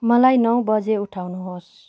मलाई नौ बजे उठाउनुहोस्